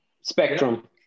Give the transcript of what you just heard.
Spectrum